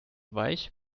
weich